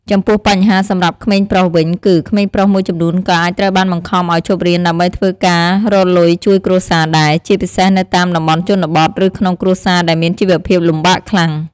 ចំពោះបញ្ហាសម្រាប់ក្មេងប្រុសវិញគឺ ក្មេងប្រុសមួយចំនួនក៏អាចត្រូវបានបង្ខំឱ្យឈប់រៀនដើម្បីធ្វើការរកលុយជួយគ្រួសារដែរ ជាពិសេសនៅតាមតំបន់ជនបទ ឬក្នុងគ្រួសារដែលមានជីវភាពលំបាកខ្លាំង។